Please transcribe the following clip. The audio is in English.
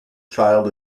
child